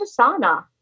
Asana